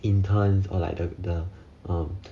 interns or like the the um